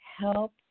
help